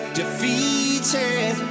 defeated